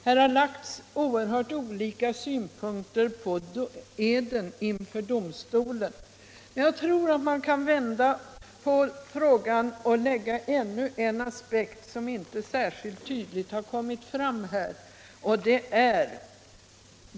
Här har lagts oerhört skiftande synpunkter på eden inför domstolen, men man kan också vända på frågan och lägga en aspekt på den, som inte särskilt tydligt kommit fram i debatten.